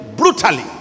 brutally